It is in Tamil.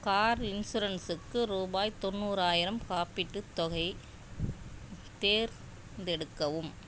கார் இன்சூரன்ஸுக்கு ரூபாய் தொண்ணூறாயிரம் காப்பீட்டுத் தொகையை தேர்ந்தெடுக்கவும்